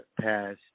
passed